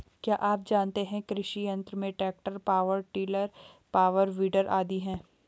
क्या आप जानते है कृषि यंत्र में tractor, power tiller, power weeder आदि है?